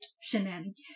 shenanigans